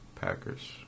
Packers